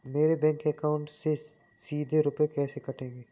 मेरे bank account से सीधे रुपए कैसे कटेंगे?